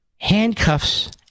handcuffs